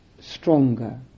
stronger